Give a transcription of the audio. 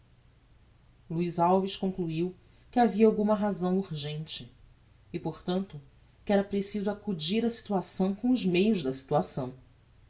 luiz alves concluiu que havia alguma razão urgente e portanto que era preciso acudir á situação com os meios da situação